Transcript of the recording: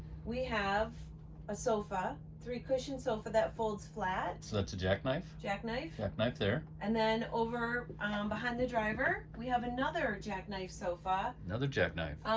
we have a sofa, three cushions sofa that folds flat. that's a jackknife. jackknife. jackknife there. and then over behind the driver, we have another jackknife sofa. another jackknife.